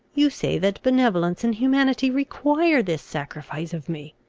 you say that benevolence and humanity require this sacrifice of me.